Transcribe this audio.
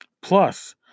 plus